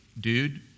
dude